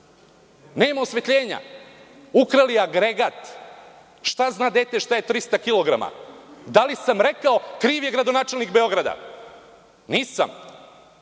Nema osvetljenja. Ukrali agregat. Šta zna dete šta je trista kilograma? Da li sam rekao – kriv je gradonačelnik Beograda? Nisam.